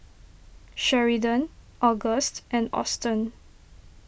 Sheridan August and Austen